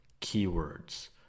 keywords